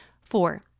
Four